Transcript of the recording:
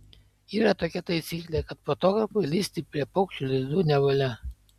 yra tokia taisyklė kad fotografui lįsti prie paukščių lizdų nevalia